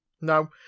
No